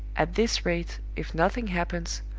at this rate, if nothing happens,